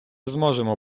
зможемо